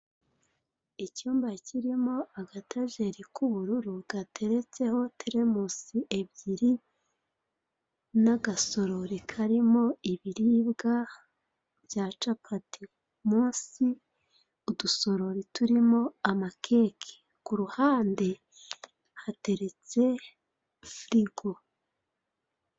Icyumba kirimo agatajeri k'ubururu gateretseho telemusi ebyiri n'agasorori karimo ibiribwa bya capati, munsi udusorori turimo amakeke ku ruhande hateretse firigo.